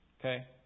Okay